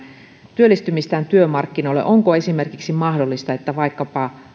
työllistymistään työmarkkinoille onko esimerkiksi mahdollista että vaikkapa